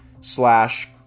slash